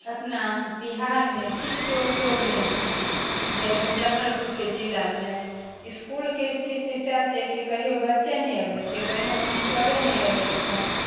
अपना बिहारमे किछुके उपयोग नहि छै जे मुजफ्फरपुरके जिलामे इसकुलके स्थिति सएह छै कि कहियो बच्चे नहि अबैत छै कहियो मास्टरे नहि अबैत छै